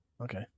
okay